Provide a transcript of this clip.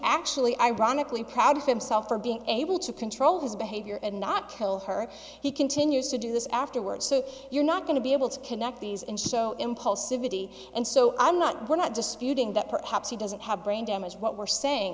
actually ironically proud of himself for being able to control his behavior and not kill her he continues to do this afterwards so you're not going to be able to connect these and show him whole city and so i'm not going to disputing that perhaps he doesn't have brain damage what we're saying